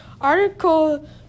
Article